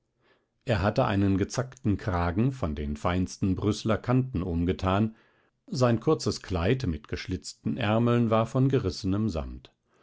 er hatte einen gezackten kragen von den feinsten brüßler kanten umgetan sein kurzes kleid mit geschlitzten ärmeln war von gerissenem samt